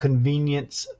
convenience